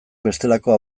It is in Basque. bestelako